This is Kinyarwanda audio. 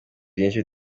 byinshi